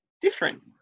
different